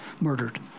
murdered